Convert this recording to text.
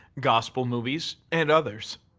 gospel movies, and others.